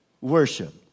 worship